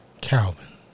calvin